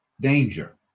danger